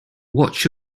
watch